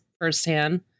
firsthand